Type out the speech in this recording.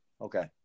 Okay